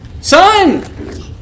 Son